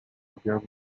objawów